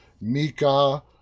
Mika